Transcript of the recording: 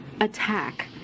attack